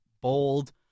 bold